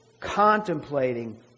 contemplating